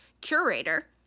curator